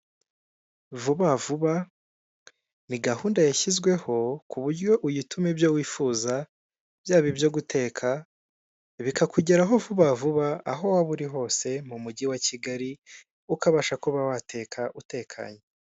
Vuba vuba ni gahunda yashyizweho ku buryo uyituma ibyo wifuza byaba ibyo guteka bikakugeraho vuba vuba aho waba uri hose mu mujyi wa Kigali ukabasha kuba wateka utekanye.